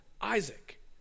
Isaac